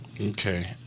Okay